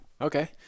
Okay